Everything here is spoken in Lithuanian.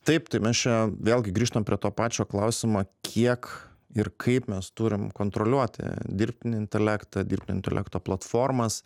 taip tai mes čia vėlgi grįžtam prie to pačio klausimo kiek ir kaip mes turim kontroliuoti dirbtinį intelektą dirbtinio intelekto platformas